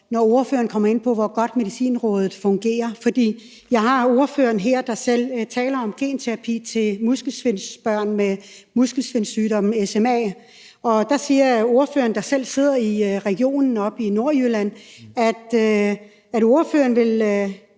når ordføreren kom ind på, hvor godt Medicinrådet fungerer. For jeg har ordføreren her, der selv taler om genterapi til børn med muskelsvindsygdommen sma. Der siger ordføreren, der selv sidder i Region Nordjylland, at ordføreren vil